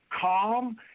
calm